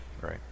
right